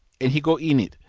and he go in it.